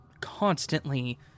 constantly